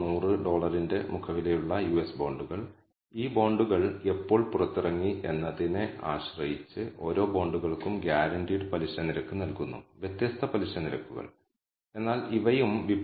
കൂടാതെ ഇൻഡിപെൻഡന്റ് വേരിയബിളുകൾ യൂണിറ്റുകളാണ് ഒരിക്കൽ നമ്മൾ ഇത് R ഫംഗ്ഷൻ ഉപയോഗിച്ച് ഫിറ്റ് ചെയ്താൽ അത് ഈ ഔട്ട്പുട്ടുകളെല്ലാം നൽകുന്നു അത് നിങ്ങൾക്ക് ഗുണകവും നൽകുന്നു